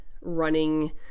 running